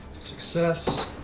Success